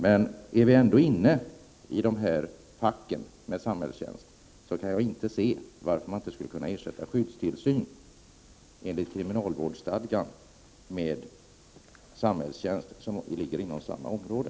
Men om man rör sig i dessa fack med samhällstjänst, kan jag inte förstå varför inte skyddstillsyn enligt kriminalvårdsstadgan skulle kunna ersättas med samhällstjänst, som ligger inom samma område.